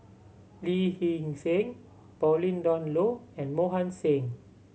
Lee Hee Seng Pauline Dawn Loh and Mohan Singh